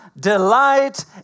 delight